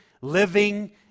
living